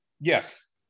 Yes